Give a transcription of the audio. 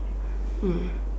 mm